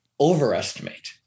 overestimate